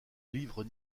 livre